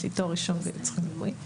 יש לי תואר ראשון בייעוץ חינוכי,